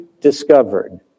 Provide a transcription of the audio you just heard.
discovered